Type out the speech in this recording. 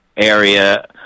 area